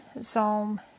Psalm